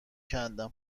کندم